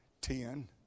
ten